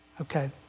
Okay